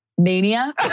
mania